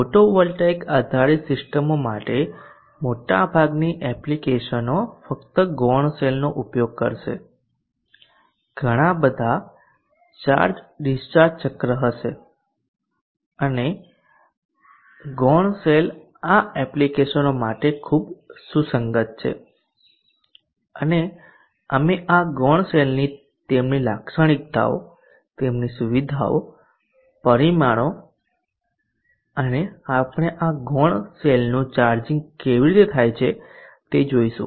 photovoltaic આધારિત સિસ્ટમો માટે મોટાભાગની એપ્લિકેશનો ફક્ત ગૌણ સેલનો ઉપયોગ કરશે ઘણા બધા ચાર્જ ડિસ્ચાર્જ ચક્ર હશે અને ગૌણ સેલ આ એપ્લિકેશનો માટે ખૂબ સુસંગત છે અને અમે આ ગૌણ સેલની તેમની લાક્ષણિકતાઓ તેમની સુવિધાઓ પરિમાણો અને આપણે આ ગૌણ સેલનું ચાર્જિંગ કેવી રીતે થાય છે તે જોઈશું